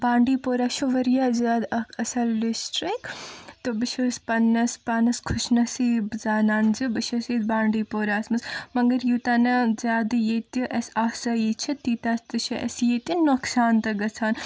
بانٛڈی پورا چھُ وارِیاہ زیادٕ اکھ اصل ڈسٹرک تہٕ بہٕ چھُس پننِس پانس خوش نصیٖب زانان زِ بہٕ چھُس ییٚتہِ بانٛڈی پوراہس منٛز مگر یوٗتاہ نہٕ زیادٕ ییٚتہِ اسہِ آسٲیش چھِ تیٖتیاہ تہِ چھِ اسہِ ییٚتہِ نۄقصان تہِ گژھان